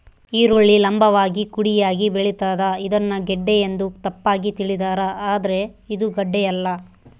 ಈರುಳ್ಳಿ ಲಂಭವಾಗಿ ಕುಡಿಯಾಗಿ ಬೆಳಿತಾದ ಇದನ್ನ ಗೆಡ್ಡೆ ಎಂದು ತಪ್ಪಾಗಿ ತಿಳಿದಾರ ಆದ್ರೆ ಇದು ಗಡ್ಡೆಯಲ್ಲ